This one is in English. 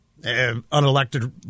unelected